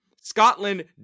Scotland